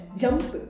jump